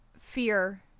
fear